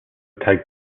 tag